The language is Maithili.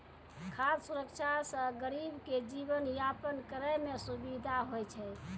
खाद सुरक्षा से गरीब के जीवन यापन करै मे सुविधा होय छै